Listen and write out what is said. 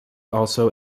also